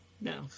No